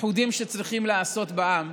איחודים שצריכים לעשות בעם,